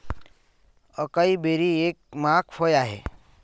acai berry एक महाग फळ आहे